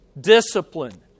discipline